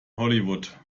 hollywood